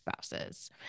spouses